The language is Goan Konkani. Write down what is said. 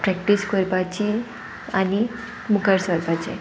प्रॅक्टीस कोरपाची आनी मुखार सरपाचें